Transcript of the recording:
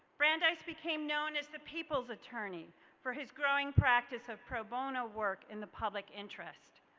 brandeis became known as the people's attorney for his growing practice of pro-bono work in the public interest.